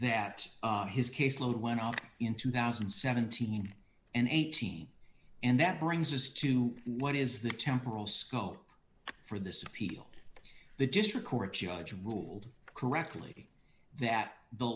that his caseload went out in two thousand and seventeen and eighteen and that brings us to what is the temporal scope for this appeal the district court judge ruled correctly that the